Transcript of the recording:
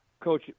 Coach